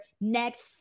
next